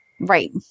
right